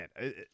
man